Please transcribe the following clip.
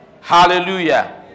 Hallelujah